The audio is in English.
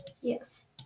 Yes